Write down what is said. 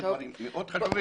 אלה דברים מאוד חשובים.